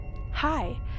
hi